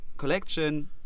collection